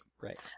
Right